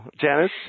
Janice